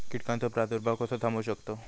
कीटकांचो प्रादुर्भाव कसो थांबवू शकतव?